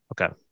Okay